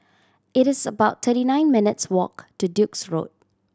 it is about thirty nine minutes walk to Duke's Road